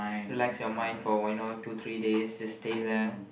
relax your mind for you know two three days just stay there